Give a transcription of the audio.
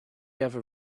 ever